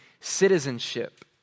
citizenship